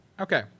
Okay